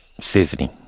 Seasoning